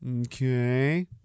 okay